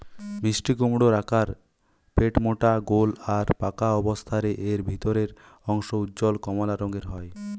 মিষ্টিকুমড়োর আকার পেটমোটা গোল আর পাকা অবস্থারে এর ভিতরের অংশ উজ্জ্বল কমলা রঙের হয়